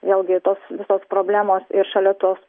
vėlgi tos visos problemos ir šalia tos